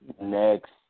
next